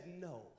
no